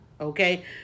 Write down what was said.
Okay